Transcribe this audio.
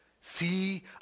See